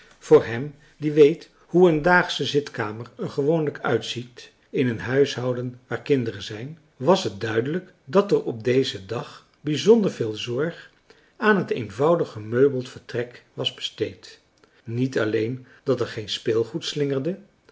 voor hem die weet hoe een daagsche zitkamer er gewoonlijk uitziet in een huishouden waar kinderen zijn was het duidelijk dat er op dezen dag bijzonder veel zorg aan het eenvoudig gemeubeld vertrek was besteed niet alleen dat er geen speelgoed slingerde